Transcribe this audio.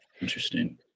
Interesting